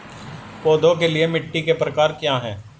पौधों के लिए मिट्टी के प्रकार क्या हैं?